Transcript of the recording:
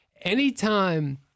Anytime